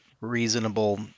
reasonable